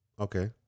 Okay